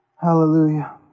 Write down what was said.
hallelujah